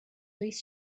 least